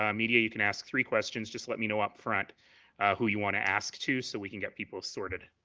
um media you can ask three questions just let me know up front who you want to ask to so we can get people sorted.